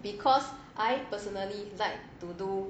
because I personally like to do